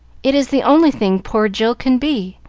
it is the only thing poor jill can be,